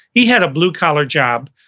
he had a blue-collar job,